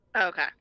Okay